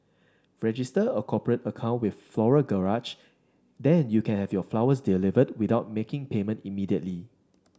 register a cooperate account with Floral Garage then you can have your flowers delivered without making payment immediately